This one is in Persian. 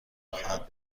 خواهد